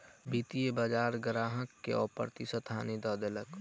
वित्तीय बजार ग्राहक के अप्रत्याशित हानि दअ देलक